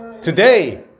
today